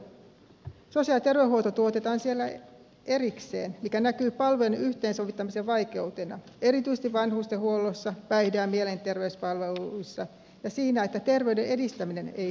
sosiaali ja terveydenhuolto tuotetaan siellä erikseen mikä näkyy palveluiden yhteensovittamisen vaikeutena erityisesti vanhustenhuollossa päihde ja mielenterveyspalveluissa ja siinä että terveyden edistäminen ei siellä toteudu